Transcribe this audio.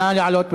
נא לעלות.